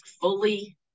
fully